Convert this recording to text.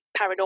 paranormal